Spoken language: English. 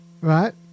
Right